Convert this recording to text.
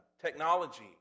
Technology